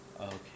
Okay